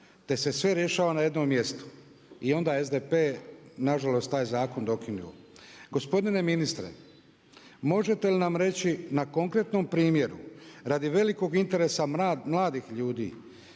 te se sve rješava na jednom mjestu i onda SDP nažalost taj zakon je dokinuo. Gospodine ministre, možete li nam reći na konkretnom primjeru radi velikog interesa mladih ljudi